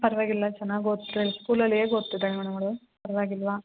ಪರವಾಗಿಲ್ಲ ಚೆನ್ನಾಗಿ ಓದ್ತಿದ್ದಾಳೆ ಸ್ಕೂಲಲ್ಲಿ ಹೇಗ್ ಓದ್ತಿದ್ದಾಳೆ ಮೇಡಮ್ ಅವಳು ಪರವಾಗಿಲ್ವಾ